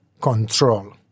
control